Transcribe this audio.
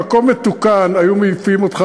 במקום מתוקן היו מעיפים אותך,